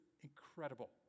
incredible